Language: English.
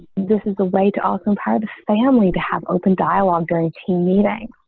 this is the way to awesome part family to have open dialogue during team meeting.